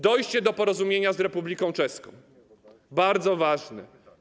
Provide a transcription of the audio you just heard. Dojście do porozumienia z Republiką Czeską, bardzo ważne.